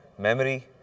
memory